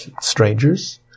strangers